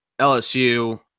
LSU